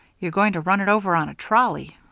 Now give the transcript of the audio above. you're going to run it over on a trolley.